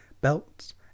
belts